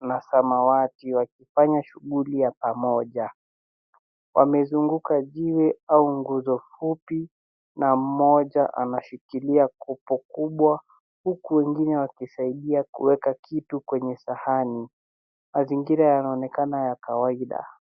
na samawati wakifanya shughuli ya pamoja. Wamezunguka jiwe au nguzo fupi na mmoja anashikilia kopo kubwa huku wengine wakisaidia kuweka kitu kwenye sahani. Mazingira yanaonekana ya kawaida.